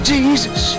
Jesus